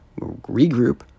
regroup